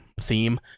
theme